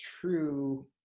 true